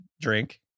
drink